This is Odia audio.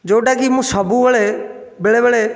ଯେଉଁଟାକି ମୁଁ ସବୁବେଳେ ବେଳେବେଳେ